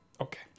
Okay